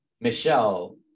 Michelle